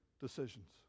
decisions